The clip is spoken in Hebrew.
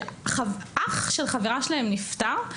שאח של חברה שלה נפטר.